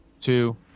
Two